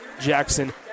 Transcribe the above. Jackson